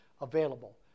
available